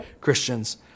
Christians